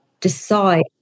decide